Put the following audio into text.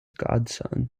godson